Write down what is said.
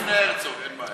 אני לפני הרצוג, אין בעיה.